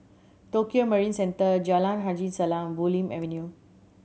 Tokio Marine Centre Jalan Haji Salam Bulim Avenue